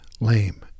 lame